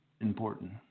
important